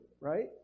right